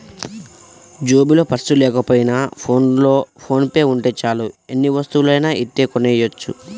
జేబులో పర్సు లేకపోయినా ఫోన్లో ఫోన్ పే ఉంటే చాలు ఎన్ని వస్తువులనైనా ఇట్టే కొనెయ్యొచ్చు